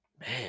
man